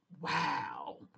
Wow